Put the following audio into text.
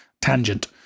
tangent